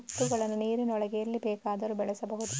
ಮುತ್ತುಗಳನ್ನು ನೀರಿನೊಳಗೆ ಎಲ್ಲಿ ಬೇಕಾದರೂ ಬೆಳೆಸಬಹುದು